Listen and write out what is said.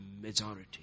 majority